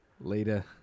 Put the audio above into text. Later